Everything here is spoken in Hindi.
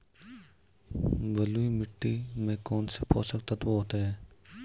बलुई मिट्टी में कौनसे पोषक तत्व होते हैं?